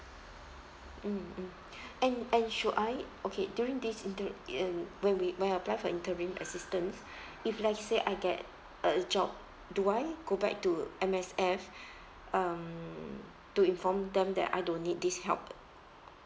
mm mm and and should I okay during this interi~ um when we when I apply for interim assistance if let's say I get a job do I go back to M_S_F um to inform them that I don't need this help